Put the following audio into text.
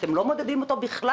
שאתם לא מודדים אותו בכלל,